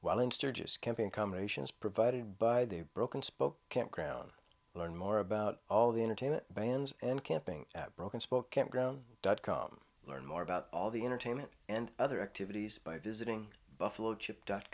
while in sturgis camping combinations provided by the broken spoke campground learn more about all the entertainment vans and camping at broken spoke campground dot com learn more about all the entertainment and other activities by visiting buffalo chip dot